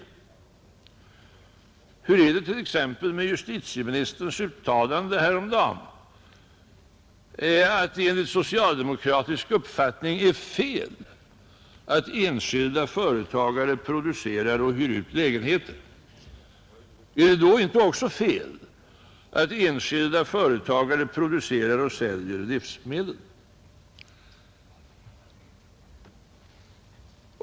Hur är det t.ex. med justitieministerns uttalande häromdagen att det enligt socialdemokratisk uppfattning är fel att enskilda företagare producerar och hyr ut lägenheter? Är det då inte också fel att enskilda företagare producerar och säljer livsmedel?